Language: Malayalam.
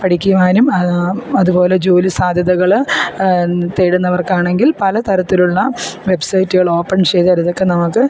പഠിക്കുവാനും അതുപോലെ ജോലി സാധ്യതകൾ തേടുന്നവർക്കാണെങ്കിൽ പലതരത്തിലുള്ള വെബ്സൈറ്റുകൾ ഓപ്പൺ ചെയ്തെടുക്കുന്ന ഇടത്ത്